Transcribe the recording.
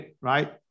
right